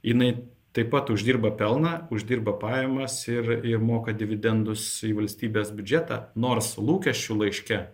jinai taip pat uždirba pelną uždirba pajamas ir ir moka dividendus į valstybės biudžetą nors lūkesčių laiške